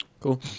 Cool